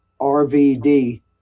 RVD